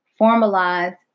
formalize